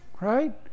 Right